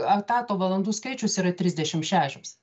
etato valandų skaičius yra trisdešim šešios